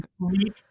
complete